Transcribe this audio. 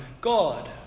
God